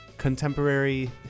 contemporary